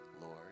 Lord